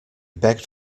begged